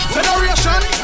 Federation